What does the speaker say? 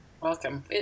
Welcome